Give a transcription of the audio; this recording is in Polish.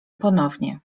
ponownie